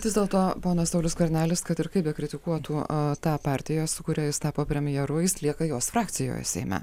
vis dėlto ponas saulius skvernelis kad ir kaip bekritikuotų a tą partiją su kuria jis tapo premjeru jis lieka jos frakcijoje seime